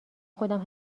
خودم